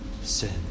sin